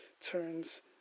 turns